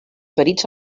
ferits